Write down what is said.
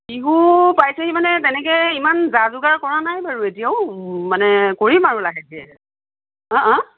বিহু পাইচেহি মানে তেনেকৈ ইমান যা যোগাৰ কৰা নাই বাৰু এতিয়াও মানে কৰিম আৰু লাহেকৈ অঁ অঁ